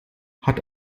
hat